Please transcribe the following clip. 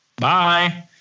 bye